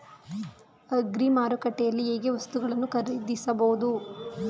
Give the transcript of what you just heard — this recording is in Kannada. ಅಗ್ರಿ ಮಾರುಕಟ್ಟೆಯಲ್ಲಿ ಹೇಗೆ ವಸ್ತುಗಳನ್ನು ಖರೀದಿಸಬಹುದು?